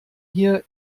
hier